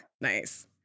Nice